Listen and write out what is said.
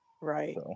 Right